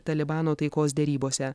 talibano taikos derybose